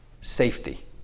safety